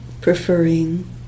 preferring